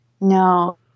No